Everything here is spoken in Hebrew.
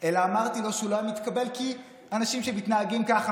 אלא אמרתי לו שהוא לא היה מתקבל כי אנשים שמתנהגים ככה,